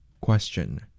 Question